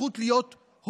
הזכות להיות הורה.